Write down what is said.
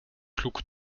klug